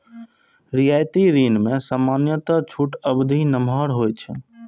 रियायती ऋण मे सामान्यतः छूट अवधि नमहर होइ छै